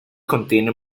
contienen